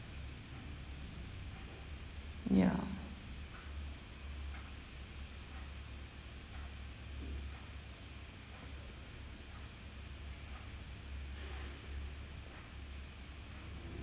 ya